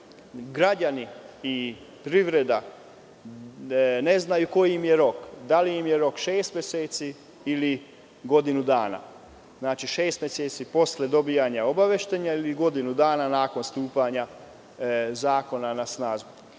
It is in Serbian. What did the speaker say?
građani i privreda ne znaju koji im je rok, da li im je rok šest meseci ili godinu dana, šest meseci posle dobijanja obaveštenja ili godinu dana nakon stupanja zakona na